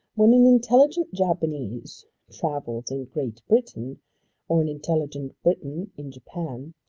when an intelligent japanese travels in great britain or an intelligent briton in japan,